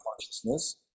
consciousness